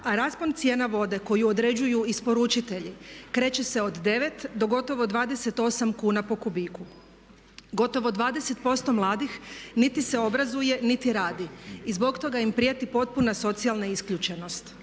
a raspon cijena vode koju određuju isporučitelji kreće se od 9 do gotovo 28 kuna po kubiku. Gotovo 20% mladih niti se obrazuje niti radi i zbog toga im prijeti potpuna socijalna isključenost.